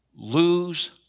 Lose